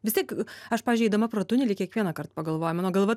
vis tiek aš pavyzdžiui eidama pro tunelį kiekvienąkart pagalvoju mano galva